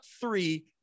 three